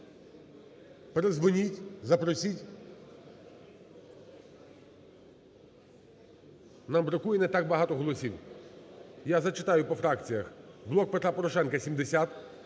передзвоніть, запросіть, нам бракує не так багато голосів. Я зачитаю по фракціях. "Блок Петра Порошенка" –